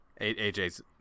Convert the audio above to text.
AJ's